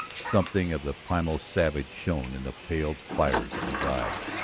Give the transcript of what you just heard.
something of the primal savage shone in the pale fires of his eyes.